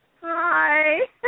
Hi